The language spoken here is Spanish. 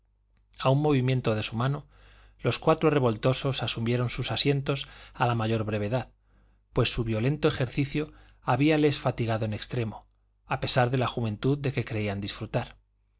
a un movimiento de su mano los cuatro revoltosos asumieron sus asientos a la mayor brevedad pues su violento ejercicio habíales fatigado en extremo a pesar de la juventud de que creían disfrutar